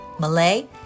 Malay